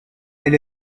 elle